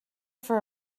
for